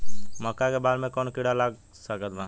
मका के बाल में कवन किड़ा लाग सकता?